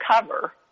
cover